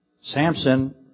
Samson